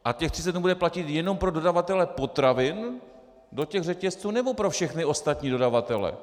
A těch 30 dnů bude platit jenom pro dodavatele potravin do řetězců, nebo pro všechny ostatní dodavatele?